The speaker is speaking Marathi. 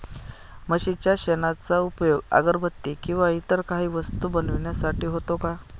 म्हशीच्या शेणाचा उपयोग अगरबत्ती किंवा इतर काही वस्तू बनविण्यासाठी होतो का?